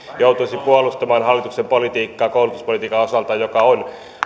joutuisi puolustamaan hallituksen politiikkaa koulutuspolitiikan osalta joka on